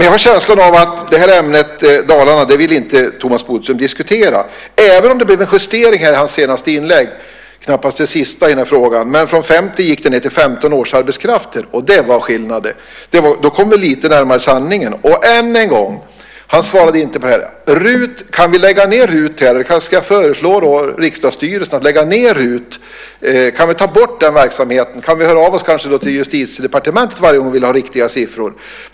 Jag har känslan av att det här ämnet, Dalarna, vill inte Thomas Bodström diskutera, även om det blev en justering i hans senaste inlägg. Det är knappast det sista i den här frågan. Men från 50 gick det ned till 15 årsarbetskrafter. Det var skillnad det. Då kom vi lite närmare sanningen. Än en gång svarade han inte på frågan. Kan vi lägga ned RUT? Jag kanske ska föreslå riksdagsstyrelsen att lägga ned RUT? Kan vi ta bort den verksamheten och kanske höra av oss till Justitiedepartementet varje gång vi vill ha riktiga siffror?